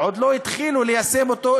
עוד לא התחילו ליישם אותו,